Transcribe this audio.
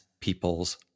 people's